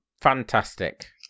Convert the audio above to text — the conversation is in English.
fantastic